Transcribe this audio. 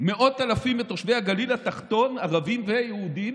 מאות אלפים מתושבי הגליל התחתון, ערבים ויהודים,